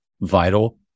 vital